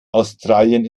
australien